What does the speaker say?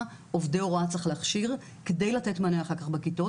עובדי הוראה צריך להכשיר כדי לתת מענה אחר כך בכיתות.